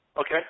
Okay